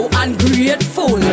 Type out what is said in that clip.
ungrateful